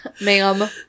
ma'am